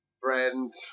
friend